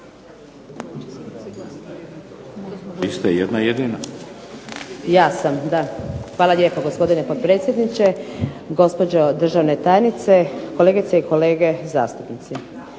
Hvala lijepo gospodine potpredsjedniče, gospođo državna tajnice, kolegice i kolege zastupnici.